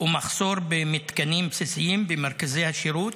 ומחסור במתקנים בסיסיים במרכזי השירות.